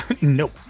Nope